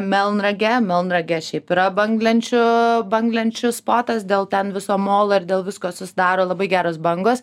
melnragę melnragė šiaip yra banglenčių banglenčių spotas dėl ten viso molo ir dėl visko susidaro labai geros bangos